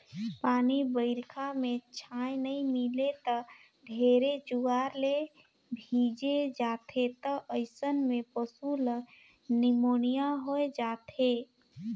पानी बइरखा में छाँय नइ मिले त ढेरे जुआर ले भीजे जाथें त अइसन में पसु ल निमोनिया होय जाथे